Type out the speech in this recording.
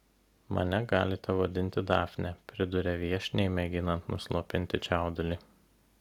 mane galite vadinti dafne priduria viešniai mėginant nuslopinti čiaudulį